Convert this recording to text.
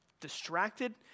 distracted